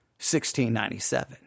1697